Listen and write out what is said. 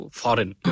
foreign